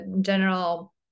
general